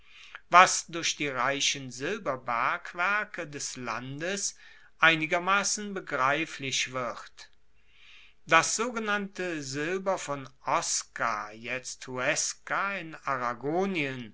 was durch die reichen silberbergwerke des landes einigermassen begreiflich wird das sogenannte silber von osca jetzt huesca in